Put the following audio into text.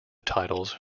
titles